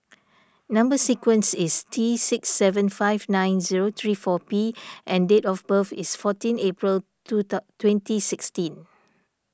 Number Sequence is T six seven five nine zero three four P and date of birth is fourteen April two twenty sixteen